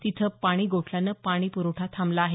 तिथं पाणी गोठल्यानं पाणी प्रवठा थांबला आहे